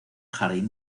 jardín